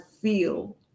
feel